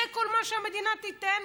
זה כל מה שהמדינה תיתן,